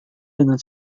dengan